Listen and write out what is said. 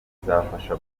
bizafasha